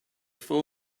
full